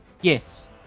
Yes